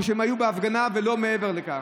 או שהם היו בהפגנה ולא מעבר לכך.